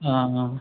हां हां